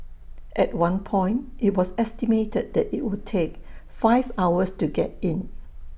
at one point IT was estimated that IT would take five hours to get in